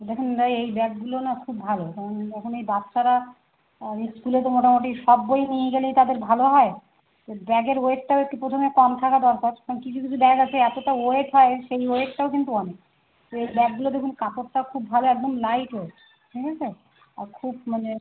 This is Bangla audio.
আচ্ছা আচ্ছা দেখুন ভাই এই ব্যাগগুলো না খুব ভালো কারণ এখন এই বাচ্চারা ইস্কুলে তো মোটামুটি সব বই নিয়ে গেলেই তাদের ভালো হয় ব্যাগের ওয়েটটাও একটু প্রথমে কম থাকা দরকার কারণ কিছু কিছু ব্যাগ আছে এতটা ওয়েট হয় সেই ওয়েটটাও কিন্তু অনেক তো এই ব্যাগগুলো দেখুন কাপড়টা খুব ভালো একদম লাইট ওয়েট বুঝেছেন আর খুব মানে